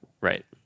right